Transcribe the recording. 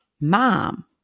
mom